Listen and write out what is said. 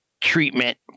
treatment